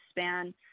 span